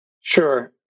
Sure